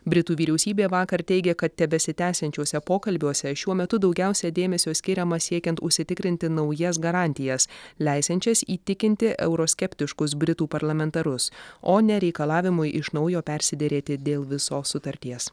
britų vyriausybė vakar teigė kad tebesitęsiančiuose pokalbiuose šiuo metu daugiausiai dėmesio skiriama siekiant užsitikrinti naujas garantijas leisiančias įtikinti euroskeptiškus britų parlamentarus o ne reikalavimui iš naujo persiderėti dėl visos sutarties